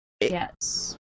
Yes